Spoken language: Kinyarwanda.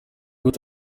gute